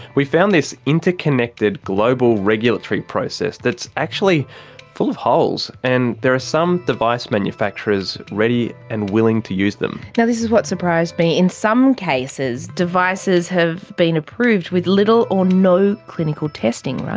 we found this interconnected global regulatory process that's actually full of holes, and there are some device manufacturers ready and willing to use them. now this is what surprised me, in some cases devices have been approved with little or no clinical testing, right?